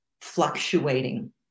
fluctuating